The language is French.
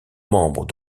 membres